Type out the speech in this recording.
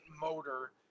motor